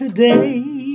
Today